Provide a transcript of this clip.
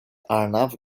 arnav